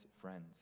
friends